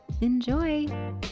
enjoy